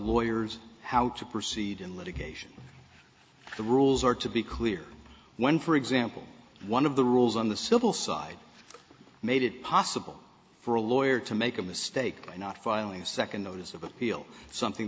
lawyers how to proceed in litigation the rules are to be clear when for example one of the rules on the civil side made it possible for a lawyer to make a mistake by not filing a second notice of appeal something